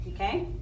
okay